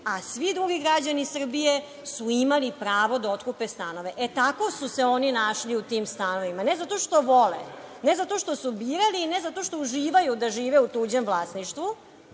a svi drugi građani Srbije su imali pravo da otkupe stanove.60/1MG/IĆ19.05 - 20.05Tako su se oni našli u tim stanovima. Ne zato što vole, ne zato što su birali i ne zato što uživaju da žive u tuđem vlasništvu,